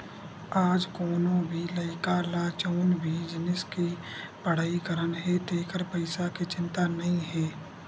आज कोनो भी लइका ल जउन भी जिनिस के पड़हई करना हे तेखर पइसा के चिंता नइ हे